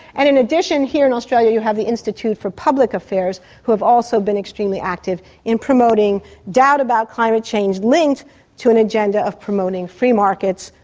and in addition here in australia you have the institute for public affairs, who have also been extremely active in promoting doubt about climate change, linked to an agenda of promoting free markets,